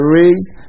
raised